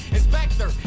Inspector